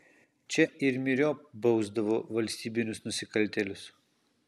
čia ir myriop bausdavo valstybinius nusikaltėlius